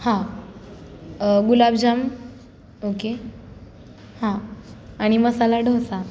हां गुलाबजाम ओके हां आणि मसाला डोसा